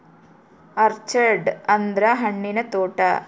orchard ಅಂದ್ರ ಹಣ್ಣಿನ ತೋಟ